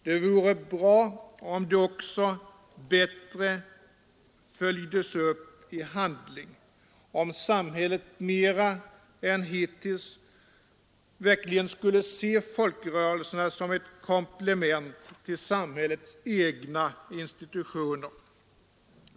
Det vore bra om uttalandena också bättre följdes upp i handling, om samhället mer än hittills skulle se folkrörelserna som ett komplement till samhällets egna institutioner.